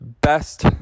best